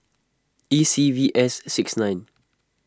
E C V S six nine